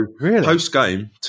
post-game